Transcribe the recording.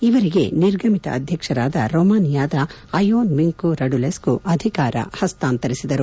ಇವರಿಗೆ ನಿರ್ಗಮಿತ ಅಧ್ಯಕ್ಷರಾದ ರೊಮಾನಿಯಾದ ಅಯೋನ್ ಮಿಂಕು ರಡುಲೆಸ್ತು ಅಧಿಕಾರ ಹಸ್ತಾಂತರಿಸಿದರು